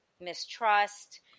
mistrust